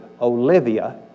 Olivia